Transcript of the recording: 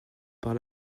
par